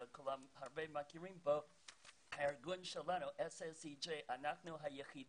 שהארגון שלנו SSEG היחיד